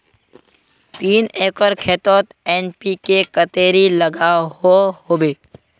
तीन एकर खेतोत एन.पी.के कतेरी लागोहो होबे?